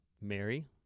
Mary